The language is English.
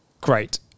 great